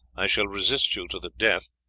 i shall resist you to the death,